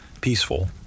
peaceful